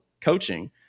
coaching